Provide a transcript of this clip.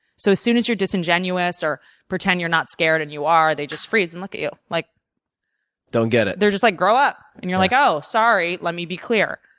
so as soon as you're disingenuous, or pretend you're not scared and you are, they just freeze and look at you. they like don't get it. they're just like, grow up. and you're like oh, sorry, let me be clearer.